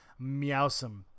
meowsome